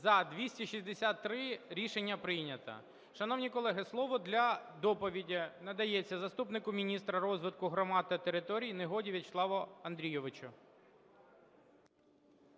За – 263 Рішення прийнято. Шановні колеги, слово для доповіді надається заступнику міністра розвитку громад та територій Негоді В'ячеславу Андрійовичу.